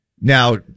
Now